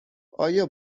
آیا